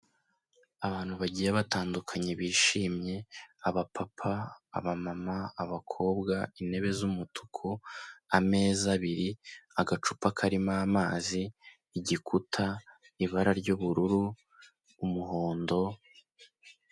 Abantu bagiye batandukanye bishimye: abapapa, abamama, abakobwa, intebe z'umutuku, ameza abiri, agacupa karimo amazi, igikuta, ibara ry'ubururu, umuhondo.